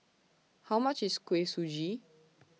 How much IS Kuih Suji